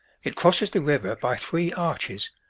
it crosses the river by three arches,